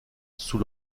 sous